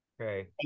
Okay